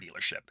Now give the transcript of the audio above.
dealership